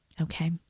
Okay